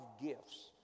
gifts